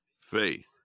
faith